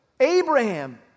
Abraham